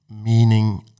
meaning